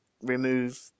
remove